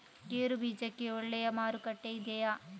ಗೇರು ಬೀಜಕ್ಕೆ ಒಳ್ಳೆಯ ಮಾರುಕಟ್ಟೆ ಇದೆಯೇ?